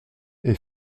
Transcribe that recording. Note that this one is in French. est